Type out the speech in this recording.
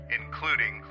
including